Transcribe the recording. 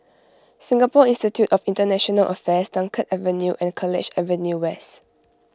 Singapore Institute of International Affairs Dunkirk Avenue and College Avenue West